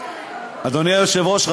אדוני היושב-ראש,